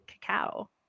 cacao